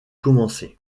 commencer